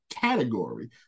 category